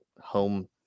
home